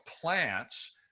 plants